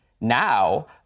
now